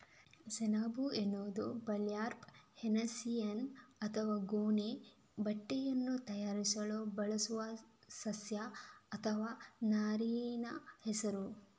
ಸೆಣಬು ಎಂಬುದು burlap, hessian ಅಥವಾ ಗೋಣಿ ಬಟ್ಟೆಯನ್ನು ತಯಾರಿಸಲು ಬಳಸುವ ಸಸ್ಯ ಅಥವಾ ನಾರಿನ ಹೆಸರು